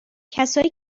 کسایی